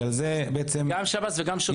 שעל זה יש מענה,